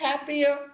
happier